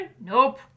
Nope